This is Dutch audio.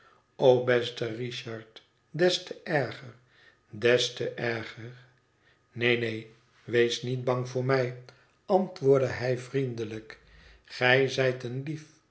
o beste richard des te erger des te erger neen neen wees niet bang voor mij antwoordde hij vriendelijk gij zijt een lief